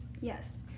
Yes